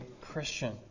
Christian